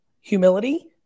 humility